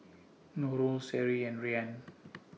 Nurul Seri and Ryan